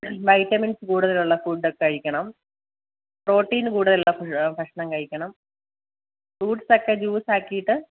vitamins കുടുതലുള്ള food ഒക്കെ കഴിക്കണം പ്രോട്ടീൻ കൂടുതലുള്ള ഭക്ഷണം കഴിക്കണം ഫ്രൂട്ട്സ് ഒക്കെ ജ്യൂസ് ആക്കിയിട്ട്